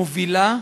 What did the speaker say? מובילה,